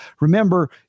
remember